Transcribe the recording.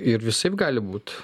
ir visaip gali būt